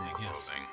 Yes